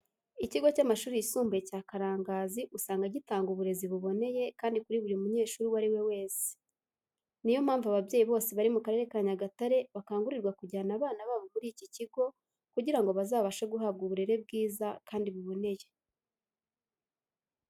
Ikigo cy'amashuri yisumbuye cya Karangazi usanga gitanga uburezi buboneye kandi kuri buri munyeshuri uwo ari we wese. Niyo mpamvu ababyeyi bose bari mu karere ka Nyagatare bakangurirwa kujyana abana babo muri iki kigo kugira ngo bazabashe guhabwa uburere bwiza kandi buboneye.